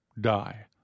die